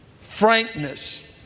frankness